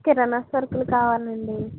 కిరాణా సరుకులు కావాలండి